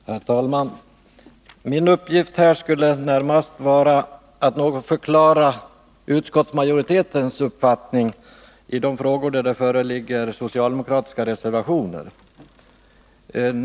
Herr talman! Min uppgift här skulle vara att något förklara utskottsmajoritetens uppfattning i de frågor där det föreligger socialdemokratiska reservationer.